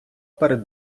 перед